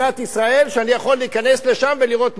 יכול להיכנס לשם ולראות תמונה של הרצל.